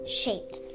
shaped